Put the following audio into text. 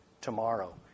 tomorrow